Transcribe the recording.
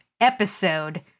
Episode